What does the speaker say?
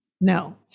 no